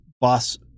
boss